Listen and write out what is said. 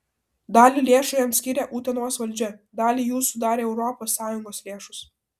dalį lėšų jam skyrė utenos valdžia dalį jų sudarė europos sąjungos lėšos